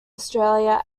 australia